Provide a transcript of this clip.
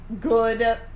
good